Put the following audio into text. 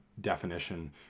definition